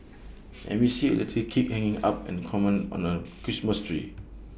and we see A little kid hanging up an ornament on A Christmas tree